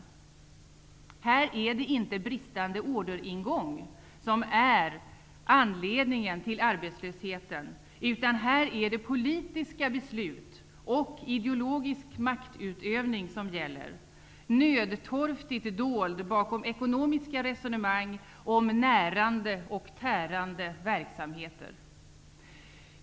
Här är det inte bristande orderingång som är anledningen till arbetslösheten, utan här är det politiska beslut och ideologisk maktutövning som gäller, nödtorftigt dold bakom ekonomiska resonemang om ''närande'' och ''tärande'' verksamheter.